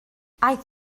aeth